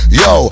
yo